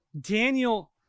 Daniel